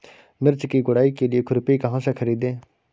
मिर्च की गुड़ाई के लिए खुरपी कहाँ से ख़रीदे?